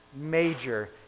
major